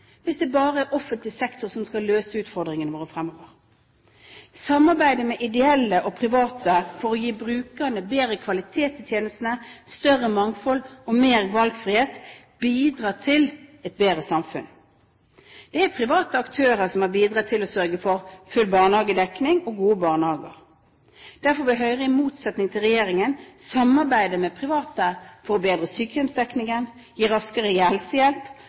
hvis det bare er offentlig sektor som skal løse utfordringene våre fremover. Samarbeidet med ideelle og private for å gi brukerne bedre kvalitet i tjenestene, større mangfold og mer valgfrihet bidrar til et bedre samfunn. Det er private aktører som har bidratt til å sørge for full barnehagedekning og gode barnehager. Derfor vil Høyre, i motsetning til regjeringen, samarbeide med private for å bedre sykehjemsdekningen, gi raskere helsehjelp